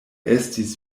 estis